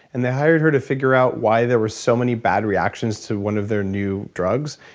and they hired her to figure out why there were so many bad reactions to one of their new drugs,